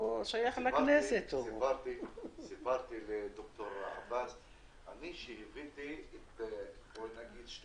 ספרתי לד"ר עבאס שליוויתי את שתי